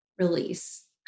release